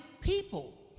people